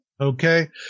Okay